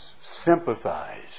sympathize